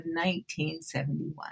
1971